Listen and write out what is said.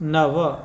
नव